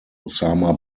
osama